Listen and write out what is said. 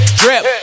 drip